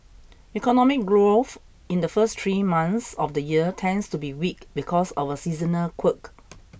economic growth in the first three months of the year tends to be weak because of a seasonal quirk